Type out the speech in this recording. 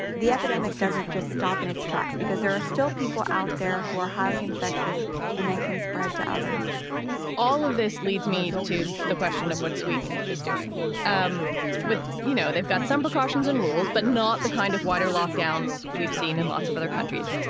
the epidemic doesn't just stop in its tracks because there are still people out there who are highly infectious and then can spread to others all of this leads me to the question of what sweden is doing um with, you know, they've got some precautions and rules, but not the kind of water lockdowns we've seen in lots of other countries.